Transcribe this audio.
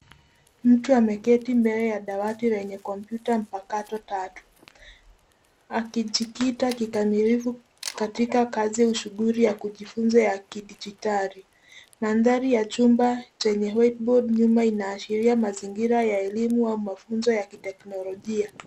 Mtu ameketi mbele ya dawati lenye kompyuta mpakato tatu, akijikita kikamilifu katika kazi au shughuli ya kujifunza ya kidijitali. Mandhari ya chumba chenye whiteboard nyuma inaashiria mazingira ya elimu au mafunzo ya kiteknolojia.